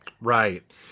right